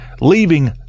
leaving